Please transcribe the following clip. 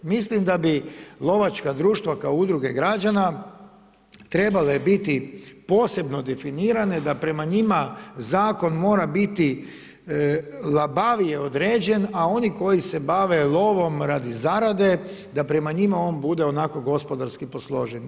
Mislim da bi lovačka društva kao udruge građana trebale biti posebno definirane da prema njima zakon mora biti labavije određen a oni koji se bave lovom radi zarade da prema njima on bude onako gospodarski posložen.